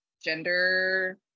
gender